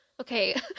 Okay